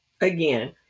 again